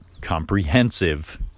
comprehensive